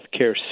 healthcare